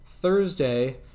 thursday